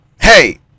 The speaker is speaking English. Hey